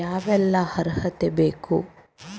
ಯಾವೆಲ್ಲ ಅರ್ಹತೆ ಬೇಕು?